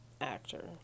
Actor